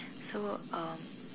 so um